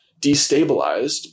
destabilized